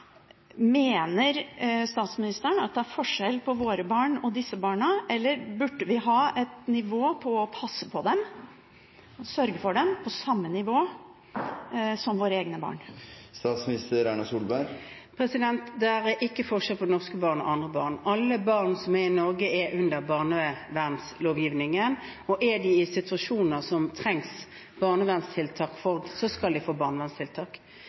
Mener statsministeren at det er forskjell på våre barn og disse barna, eller burde vi passe på og sørge for dem på samme nivå som når det gjelder våre egne barn? Det er ikke forskjell på norske barn og andre barn. Alle barn som er i Norge, er under barnevernslovgivningen, og er de i situasjoner som trenger barnevernstiltak, skal de få barnevernstiltak.